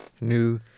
New